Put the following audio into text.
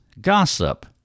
gossip